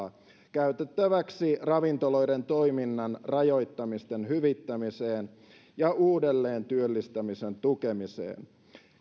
käytettäväksi ravintoloiden toiminnan rajoittamisten hyvittämiseen ja uudelleentyöllistämisen tukemiseen